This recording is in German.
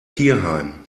tierheim